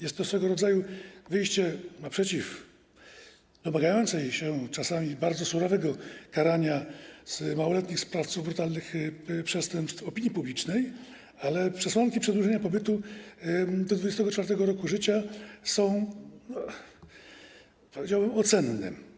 Jest to swego rodzaju wyjście naprzeciw oczekiwaniom domagającej się czasami bardzo surowego karania małoletnich sprawców brutalnych przestępstw opinii publicznej, ale przesłanki przedłużenia pobytu do 24. roku życia są, powiedziałbym, ocenne.